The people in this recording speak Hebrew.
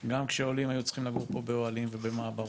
גם כשעולים היו צריכים לגור פה באוהלים ובמעברות,